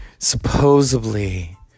supposedly